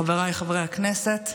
חבריי חברי הכנסת,